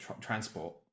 transport